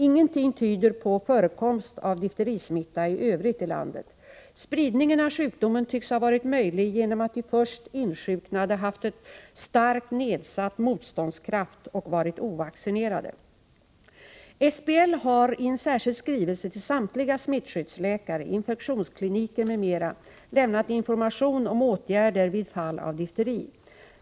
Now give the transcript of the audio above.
Ingenting tyder på förekomst av difterismitta i övrigt i landet. Spridningen av sjukdomen tycks ha varit möjlig genom att de först insjuknade haft en starkt nedsatt motståndskraft och varit ovaccinerade. SBL har i en särskild skrivelse till samtliga smittskyddsläkare, infektionskliniker m.fl. lämnat information om åtgärder vid fall av difteri.